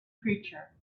creature